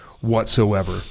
whatsoever